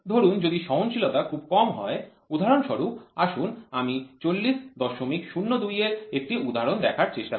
ধরুন যদি সহনশীলতা খুব কম হয় উদাহরণস্বরূপ আসুন আমি ৪০০২ এর একটি উদাহরণ দেখার চেষ্টা করি